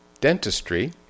Dentistry